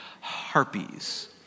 harpies